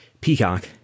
Peacock